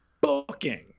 booking